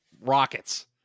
Rockets